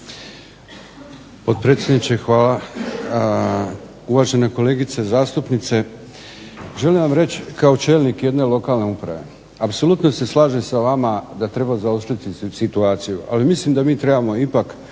Potpredsjedniče hvala. Uvažena kolegice zastupnice želim vam reći kao čelnik jedne lokalne uprave, apsolutno se slažem sa vama da treba zaoštriti situaciju. Ali mislim da mi trebamo ipak